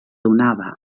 donava